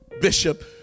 bishop